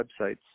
websites